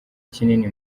kinini